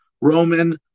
Roman